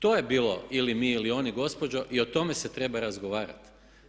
To je bilo ili mi ili oni gospođo i o tome se treba razgovarati.